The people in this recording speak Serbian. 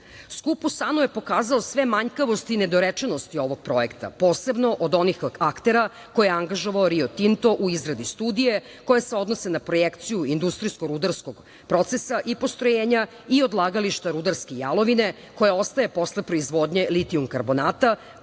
u SANU je pokazao sve manjkavosti i nedorečenosti ovog projekta, posebno od onih aktera koje je angažovao „Rio Tinto“ u izradi studije koje se odnose na projekciju industrijsko-rudarskog procesa i postrojenja i odlagališta rudarske jalovine koja ostaje posle proizvodnje litijum-karbonata,